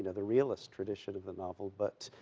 and the realist tradition of novel, but,